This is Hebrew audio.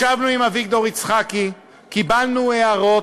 ישבנו עם אביגדור יצחקי, קיבלנו הערות,